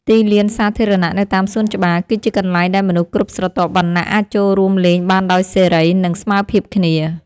ទីលានសាធារណៈនៅតាមសួនច្បារ គឺជាកន្លែងដែលមនុស្សគ្រប់ស្រទាប់វណ្ណៈអាចចូលរួមលេងបានដោយសេរី និងស្មើភាពគ្នា។